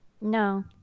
No